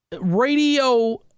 radio